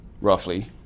roughly